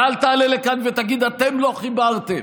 ואל תעלה לכאן ותגיד: אתם לא חיברתם.